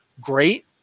great